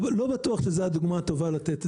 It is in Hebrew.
לא בטוח שזו הדוגמה הטובה לתת.